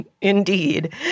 Indeed